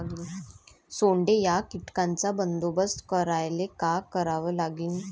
सोंडे या कीटकांचा बंदोबस्त करायले का करावं लागीन?